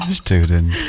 student